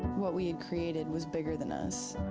what we had created was bigger than us.